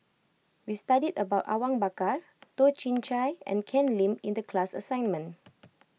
we studied about Awang Bakar Toh Chin Chye and Ken Lim in the class assignment